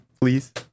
please